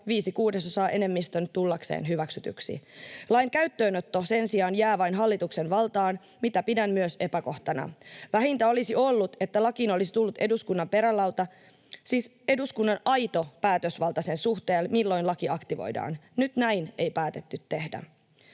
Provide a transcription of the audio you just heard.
viiden kuudesosan enemmistön tullakseen hyväksytyksi. Lain käyttöönotto sen sijaan jää vain hallituksen valtaan, mitä pidän myös epäkohtana. Vähintä olisi ollut, että lakiin olisi tullut eduskunnan perälauta, siis eduskunnan aito päätösvalta sen suhteen, milloin laki aktivoidaan. Nyt näin ei päätetty tehdä.